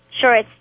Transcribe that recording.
Sure